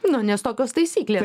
nu nes tokios taisyklės